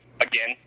again